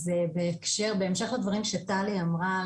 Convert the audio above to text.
בהמשך לדברים שטלי אמרה,